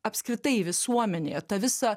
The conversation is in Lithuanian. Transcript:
apskritai visuomenėje tą visą